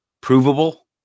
provable